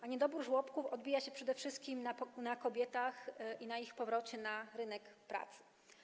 A niedobór żłobków odbija się przede wszystkim na kobietach i na ich powrocie na rynek pracy.